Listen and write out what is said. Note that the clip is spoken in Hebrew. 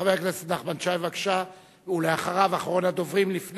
חבר הכנסת נחמן שי, בבקשה, ואחריו, לפני